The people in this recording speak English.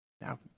Now